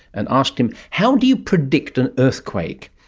and asked him, how do you predict an earthquake?